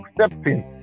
accepting